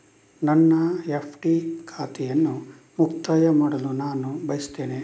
ನನ್ನ ಎಫ್.ಡಿ ಖಾತೆಯನ್ನು ಮುಕ್ತಾಯ ಮಾಡಲು ನಾನು ಬಯಸ್ತೆನೆ